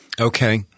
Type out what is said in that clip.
Okay